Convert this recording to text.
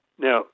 Now